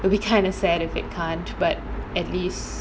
it'll be kind of sad if it can't but at least